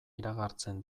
iragartzen